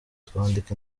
twandika